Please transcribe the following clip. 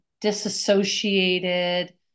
disassociated